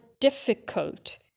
difficult